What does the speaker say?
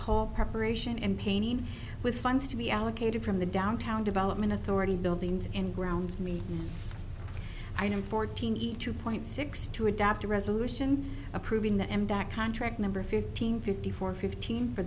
pole preparation and painting with funds to be allocated from the downtown development authority buildings and grounds me i am fourteen eat two point six two adopt a resolution approving the mbak contract number fifteen fifty four fifteen for